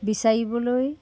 বিচাৰিবলৈ